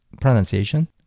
pronunciation